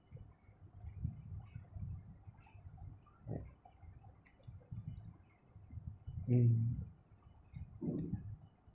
mm